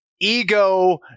ego